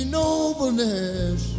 nobleness